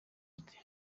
ati